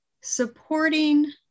supporting